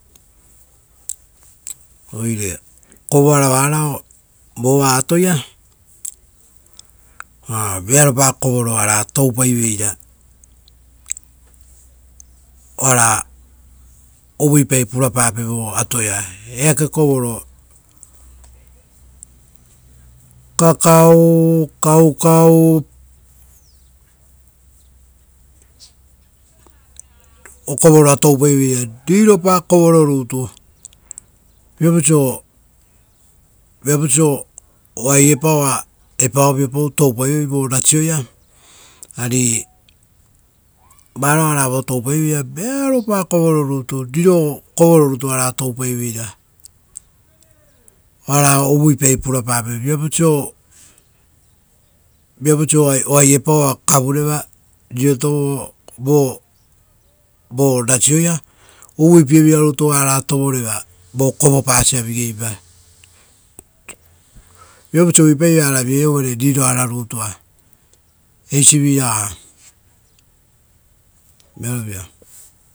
Oire kovoara varao vova atoia, a-vearopa kovoro oara toupaiveira oara uvuipai purapape vo atoia eake kovoro, kakau, kaukau, okovoroa toupaiveira, riropa kovoro rutu. Viapau oisio oaiepao oa viapau toupai vo rasioia, ari varao oara vo toupaiveira, vearopa kovoro rutu oara toupaiveira oara avupai purapape, viapau oisio oaiepao oa kavureva riroto vo rasioia; uvuipievira rutu oara tovoreva vo rasioia vigeipa viapau oisio uvuipai vara vieia uvare riroarutua.